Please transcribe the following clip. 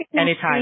anytime